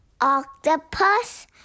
octopus